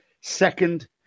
second